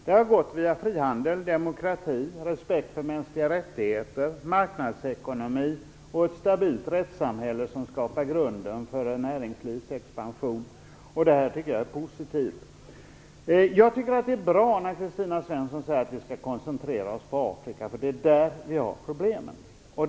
Det har gått via frihandel, demokrati, respekt för mänskliga rättigheter, marknadsekonomi och ett stabilt rättssamhälle som skapar grunden för en näringslivsexpansion. Det tycker jag är positivt. Jag tycker att det är bra när Kristina Svensson säger att vi skall koncentrera oss på Afrika. Det är där problemen finns.